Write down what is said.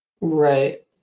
Right